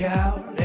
out